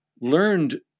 learned